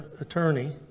attorney